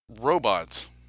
Robots